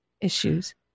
issues